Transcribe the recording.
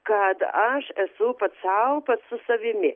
kad aš esu pats sau pats su savimi